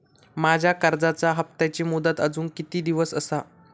माझ्या कर्जाचा हप्ताची मुदत अजून किती दिवस असा?